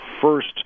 first